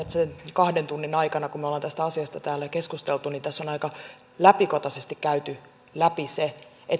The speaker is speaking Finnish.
sen kahden tunnin aikana kun me olemme tästä asiasta täällä keskustelleet niin tässä on aika läpikotaisesti käyty läpi se